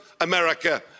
America